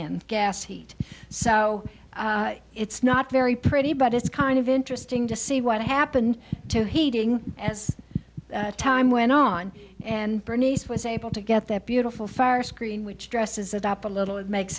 in gas heat so it's not very pretty but it's kind of interesting to see what happened to heating as time went on and bernice was able to get that beautiful fire screen which dresses adopt a little and makes